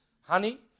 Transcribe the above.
Honey